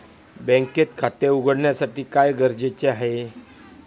बँकेत खाते उघडण्यासाठी काय गरजेचे आहे?